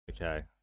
Okay